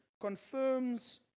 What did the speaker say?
Confirms